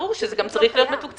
כן, ברור שזה גם צריך להיות מתוקצב.